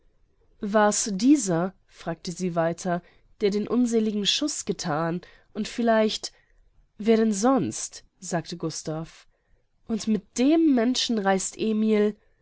war's dieser fragte sie weiter der den unseligen schuß gethan und vielleicht wer denn sonst sagte gustav und mit dem menschen reiset emil